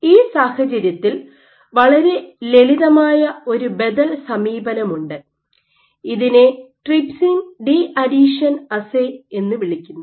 ഈ സാഹചര്യത്തിൽ വളരെ ലളിതമായ ഒരു ബദൽ സമീപനമുണ്ട് ഇതിനെ ട്രിപ്സിൻ ഡീ അഡീഹഷൻ അസ്സെ എന്ന് വിളിക്കുന്നു